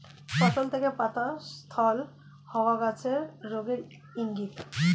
ফসল থেকে পাতা স্খলন হওয়া গাছের রোগের ইংগিত